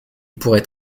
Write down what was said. pourrait